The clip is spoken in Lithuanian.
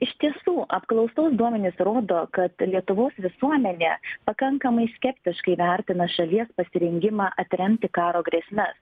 iš tiesų apklausos duomenys rodo kad lietuvos visuomenė pakankamai skeptiškai vertina šalies pasirengimą atremti karo grėsmes